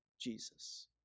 Jesus